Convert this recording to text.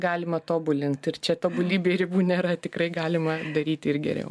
galima tobulint ir čia tobulybei ribų nėra tikrai galima daryti ir geriau